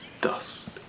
dust